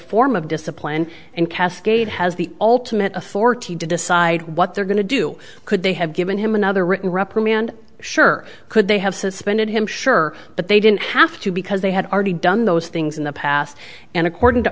form of discipline and cascade has the ultimate authority to decide what they're going to do could they have given him another written reprimand sure could they have suspended him sure but they didn't have to because they had already done those things in the past and according to